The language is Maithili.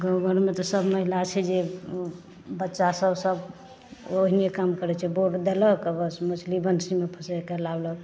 केकरो घरमे तऽ सब महिला छै जे बच्चा सब सब ओहने काम करै छै बोर देलक आ मछली बँसीमे फँसाएके लाओलक